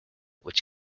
which